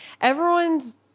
Everyone's